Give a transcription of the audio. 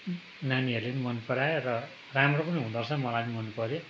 नानीहरूले मनपरायो र राम्रो पनि हुँदा रहेछ मलाई मनपऱ्यो